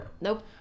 Nope